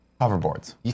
hoverboards